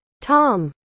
Tom